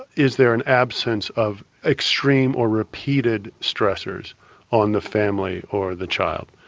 is there an absence of extreme or repeated stressors on the family or the child,